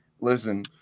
Listen